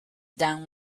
than